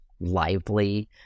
lively